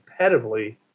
competitively